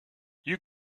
you